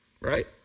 right